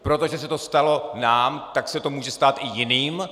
Protože se to stalo nám, tak se to může stát i jiným?